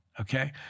okay